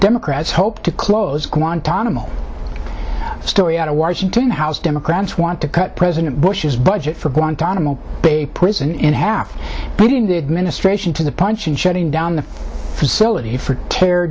democrats hope to close guantanamo story out of washington the house democrats want to cut president bush's budget for guantanamo bay prison in half the administration to the punch in shutting down the facility for terror